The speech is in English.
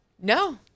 no